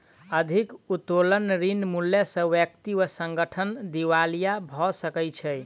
अधिक उत्तोलन ऋण मूल्य सॅ व्यक्ति वा संगठन दिवालिया भ सकै छै